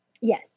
Yes